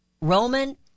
Roman